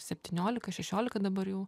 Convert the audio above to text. septyniolika šešiolika dabar jau